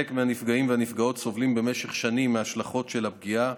חלק מהנפגעים והנפגעות סובלים במשך שנים מההשלכות של הפגיעה.